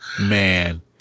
Man